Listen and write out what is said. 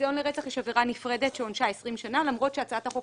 ניסיון לרצח יש עבירה נפרדת שעונשה 20 שנה למרות שהצעת החוק